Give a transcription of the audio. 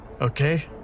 Okay